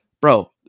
Bro